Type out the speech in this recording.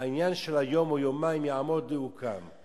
העניין של היום או יומיים יעמוד והוא קם.